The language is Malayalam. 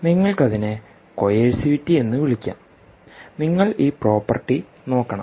നിങ്ങൾക്ക് അതിനെ കോയേഴ്സിവിറ്റി എന്ന് വിളിക്കാം നിങ്ങൾ ഈ പ്രോപ്പർട്ടി നോക്കണം